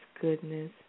goodness